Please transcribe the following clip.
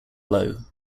low